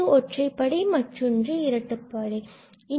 ஒன்று ஒற்றைப்படை பகுதி மற்றொன்று இரட்டைப்படை பகுதி